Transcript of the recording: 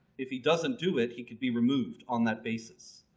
if he doesn't do it, he could be removed on that basis.